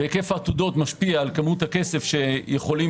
והיקף העתודות משפיע על כמות הכסף שיכולים